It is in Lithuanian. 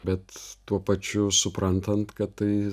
bet tuo pačiu suprantant kad tai